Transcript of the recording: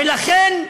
ולכן,